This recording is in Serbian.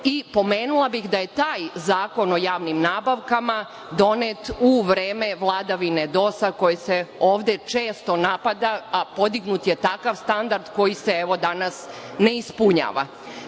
Pomenula bih da je taj Zakon o javnim nabavkama donet u vreme vladavine DOS-a, koji se ovde često napada, a podignut je takav standard koji se evo danas ne ispunjava.